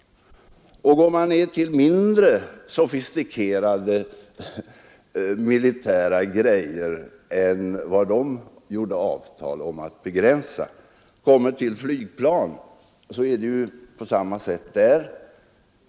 Och går man ner till mindre sofistikerade militära grejer än vad de träffade avtal om att begränsa och kommer till flygplan finner man att det är på samma sätt där.